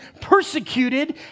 persecuted